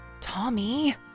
Tommy